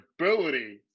ability